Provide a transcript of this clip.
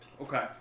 Okay